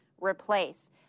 replace